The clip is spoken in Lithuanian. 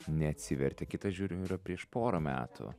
neatsivertė kita yra žiūriu yra prieš porą metų